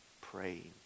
praying